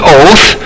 oath